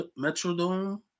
Metrodome